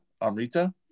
Amrita